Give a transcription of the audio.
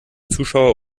zuschauer